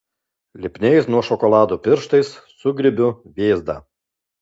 lipniais nuo šokolado pirštais sugriebiu vėzdą